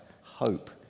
hope